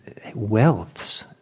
wealths